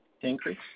increase